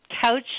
couch